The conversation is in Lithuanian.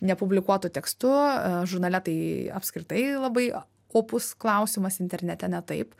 nepublikuotu tekstu žurnale tai apskritai labai opus klausimas internete ne taip